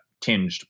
tinged